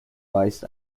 weist